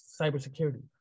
cybersecurity